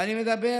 ואני מדבר